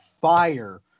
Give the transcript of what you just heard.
fire